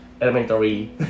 elementary